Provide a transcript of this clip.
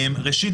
ראשית,